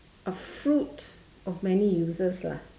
a fruit of many uses lah